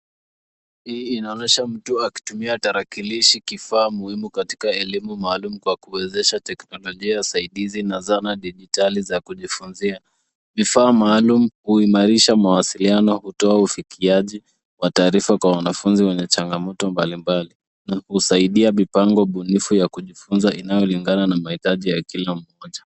Hii inaonyesha mtu akitumia tarakilishi, kifaa muhimu katika elimu maal kwa kuwezesha teknolojia saidizi na zana dijitali za kujifunzia. Vifaa maalum huimarisha mawasiliano, hutoa ufikiaji wa taarifa kwa wanafunzi wenye changamoto mbalimbali. Husaidia mipango bunifu ya kujifunza inayolingana na mahitaji ya kila mmoja.